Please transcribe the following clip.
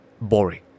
boring